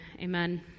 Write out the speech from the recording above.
Amen